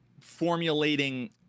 formulating